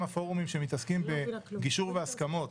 פורומים שעוסקים בנושא של גישור והסכמות,